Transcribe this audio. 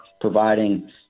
providing